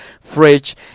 fridge